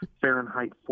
Fahrenheit